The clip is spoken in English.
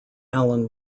alan